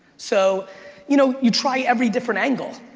so you know you try every different angle.